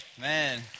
man